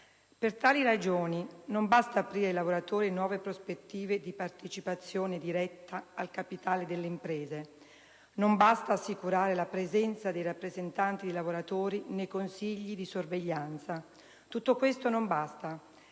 Per tali ragioni, non basta aprire ai lavoratori nuove prospettive di partecipazione diretta al capitale delle imprese; non basta assicurare la presenza dei rappresentanti dei lavoratori nei consigli di sorveglianza. Tutto questo non basta.